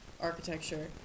architecture